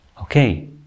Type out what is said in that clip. okay